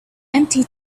empty